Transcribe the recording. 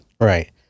Right